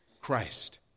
Christ